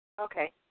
Okay